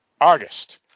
August